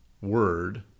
word